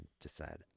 decide